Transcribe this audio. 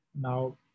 Now